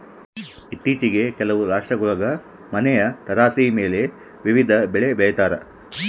ಇತ್ತೀಚಿಗೆ ಕೆಲವು ರಾಷ್ಟ್ರಗುಳಾಗ ಮನೆಯ ತಾರಸಿಮೇಲೆ ವಿವಿಧ ಬೆಳೆ ಬೆಳಿತಾರ